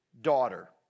daughter